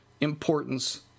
importance